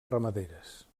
ramaderes